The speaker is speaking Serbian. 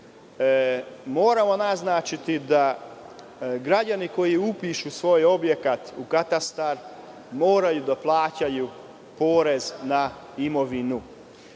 Moramo naznačiti da građani koji upišu svoj objekat u katastar moraju da plaćaju porez na imovinu.